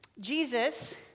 Jesus